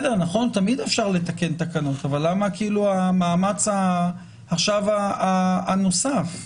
תמיד אפשר לתקן תקנות, אבל למה המאמץ הנוסף עכשיו?